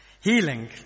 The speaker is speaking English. healing